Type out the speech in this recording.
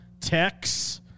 Tex